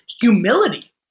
Humility